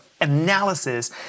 analysis